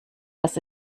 was